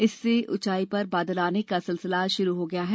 इससे ऊंचाई पर बादल आने का सिलसिला शुरू हो गया है